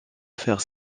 faire